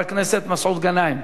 חבר הכנסת מסעוד גנאים.